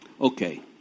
Okay